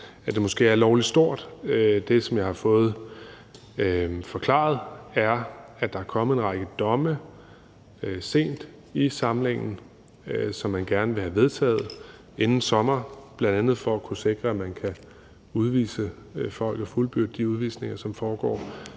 at det måske er lovlig stort. Det, som jeg har fået forklaret, er, at der er kommet en række domme sent i samlingen, og at man gerne vil have det vedtaget inden sommeren, bl.a. for at kunne sikre, at man kan udvise folk og fuldbyrde de udvisninger, som foregår,